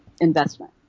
investment